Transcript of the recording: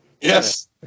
Yes